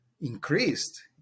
increased